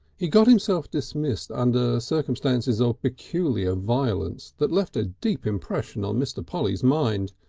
he got himself dismissed under circumstances of peculiar violence, that left a deep impression on mr. polly's mind.